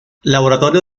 laboratorio